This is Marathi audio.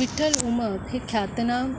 विठ्ठल उमप हे ख्यातनाम